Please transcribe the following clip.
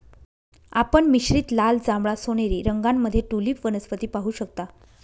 आपण मिश्रित लाल, जांभळा, सोनेरी रंगांमध्ये ट्यूलिप वनस्पती पाहू शकता